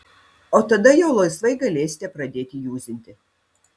o tada jau laisvai galėsite pradėti juzinti